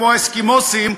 כמו האסקימואים,